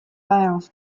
fails